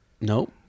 Nope